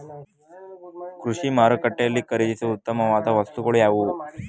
ಕೃಷಿ ಮಾರುಕಟ್ಟೆಯಲ್ಲಿ ಖರೀದಿಸುವ ಉತ್ತಮವಾದ ವಸ್ತುಗಳು ಯಾವುವು?